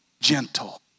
gentle